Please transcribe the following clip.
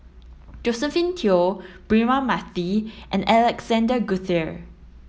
Josephine Teo Braema Mathi and Alexander Guthrie